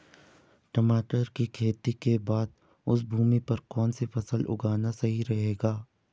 टमाटर की खेती के बाद उस भूमि पर कौन सी फसल उगाना सही रहेगा?